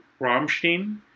Rammstein